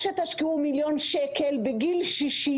או שתשקיעו מיליון שקל בגיל 60,